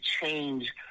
change